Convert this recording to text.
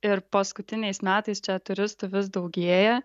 ir paskutiniais metais čia turistų vis daugėja